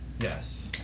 Yes